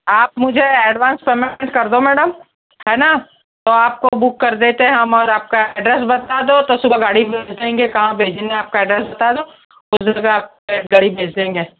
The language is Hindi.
आप मुझे एडवांस पेमेंट कर दो मैडम है ना तो आपको बुक कर देते हैं हम और आपका एड्रेस बता दो तो सुबह गाड़ी भेज देंगे तो कहाँ भेजना है आपका एड्रेस बात दो तो सुबह ही गाड़ी भेज देंगे